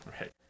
Right